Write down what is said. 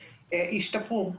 השתפרו,